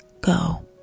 go